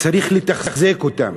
צריך לתחזק אותם.